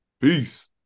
Peace